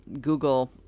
Google